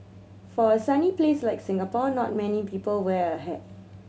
for a sunny place like Singapore not many people wear a hat